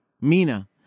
Mina